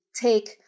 take